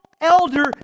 elder